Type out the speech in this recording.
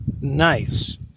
Nice